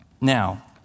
Now